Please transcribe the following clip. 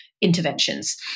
interventions